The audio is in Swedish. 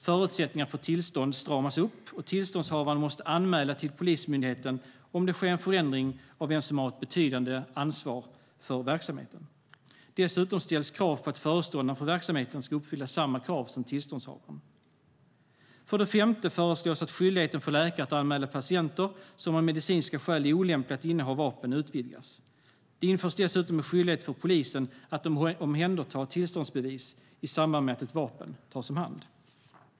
Förutsättningarna för tillstånd stramas upp, och tillståndshavaren måste anmäla till polismyndigheten om det sker en förändring av vem som har ett betydande ansvar för verksamheten. Dessutom ställs krav på att föreståndaren för verksamheten ska uppfylla samma krav som tillståndshavaren. För det femte föreslås att skyldigheten för läkare att anmäla patienter som av medicinska skäl är olämpliga att inneha vapen utvidgas. Vidare införs en skyldighet för polisen att omhänderta tillståndsbevis i samband med att ett vapen tas om hand.